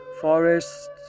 forests